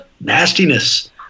Nastiness